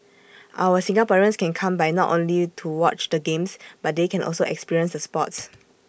our Singaporeans can come by not only to watch the games but they can also experience the sports